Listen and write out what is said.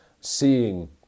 seeing